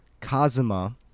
Kazuma